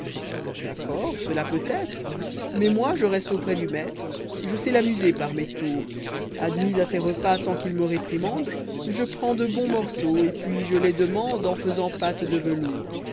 d'accord cela peutêtre mais moi je reste auprès du maître i je sais l'amuser par mes tours n i'rr i admis à ses repas sans qu'il me réprimande je prends de bons morceaux et puis j'e les demande en faisant patte de velours